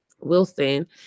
Wilson